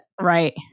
Right